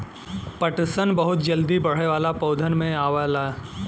पटसन बहुत जल्दी बढ़े वाला पौधन में आवला